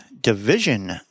division